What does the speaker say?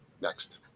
Next